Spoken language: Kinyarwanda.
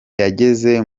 yageze